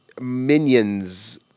minions